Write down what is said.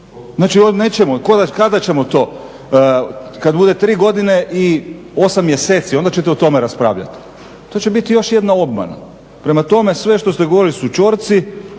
nećemo, kada ćemo to, kada bude tri godine i osam mjeseci, onda ćete o tome raspravljati. To će biti još jedna obmana. Prema tome, sve što ste govorili su čorci,